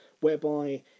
whereby